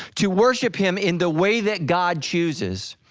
to worship him in the way that god chooses.